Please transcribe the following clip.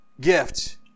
gift